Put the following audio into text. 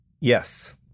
yes